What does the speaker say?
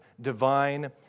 divine